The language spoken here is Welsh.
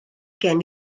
gen